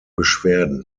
beschwerden